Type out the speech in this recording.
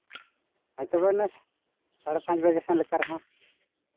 ᱦᱳᱭᱛᱚᱵᱮ ᱵᱮᱥ ᱥᱟᱬᱮ ᱯᱟᱸᱪ ᱵᱟᱡᱮ ᱥᱮᱫ ᱞᱮᱠᱟ ᱨᱮᱦᱚᱸ